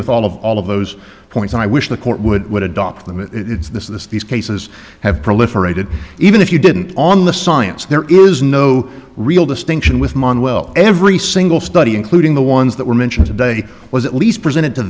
with all of all of those points i wish the court would adopt them and it's this these cases have proliferated even if you didn't on the science there is no real distinction with manuel every single study including the ones that were mentioned today was at least present